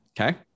Okay